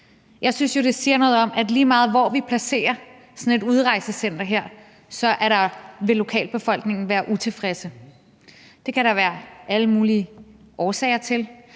Jeg synes jo, det siger noget om, at lige meget hvor vi placerer sådan et udrejsecenter, vil lokalbefolkningen være utilfreds. Det kan der være alle mulige årsager til